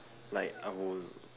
like I would